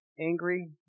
angry